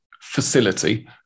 facility